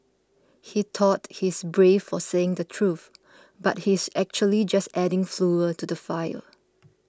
he thought he's brave for saying the truth but he's actually just adding fuel to the fire